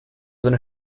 seine